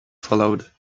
followed